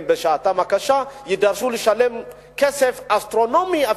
ובשעתם הקשה יידרשו לשלם סכום כסף אסטרונומי,